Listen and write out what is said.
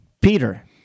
Peter